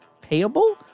payable